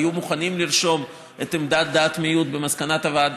היו מוכנים לרשום את דעת המיעוט במסקנת הוועדה.